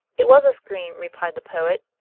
it was a scream, replied the poet.